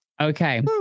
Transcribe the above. Okay